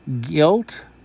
guilt